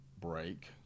break